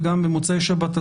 וגם במוצאי שבת.